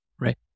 right